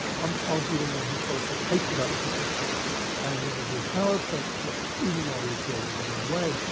i'm arguing a historical case about the persistence and residual power of censorship, even while we observe it as on the way,